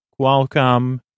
Qualcomm